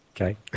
Okay